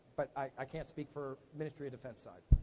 but i can't speak for ministry of defense side.